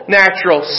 natural